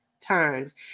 times